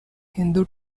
hindu